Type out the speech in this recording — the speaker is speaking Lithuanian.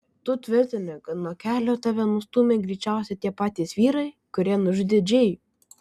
tu tvirtini kad nuo kelio tave nustūmė greičiausiai tie patys vyrai kurie nužudė džėjų